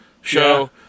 show